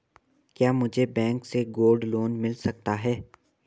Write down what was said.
क्या मुझे बैंक से गोल्ड लोंन मिल सकता है?